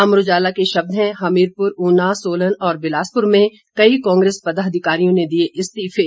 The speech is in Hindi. अमर उजाला के शब्द हैं हमीरपुर ऊना सोलन और बिलासपुर में कई कांग्रेस पदाधिकारियों ने दिए इस्तीफे